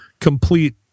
complete